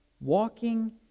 walking